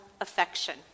affection